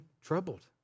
troubled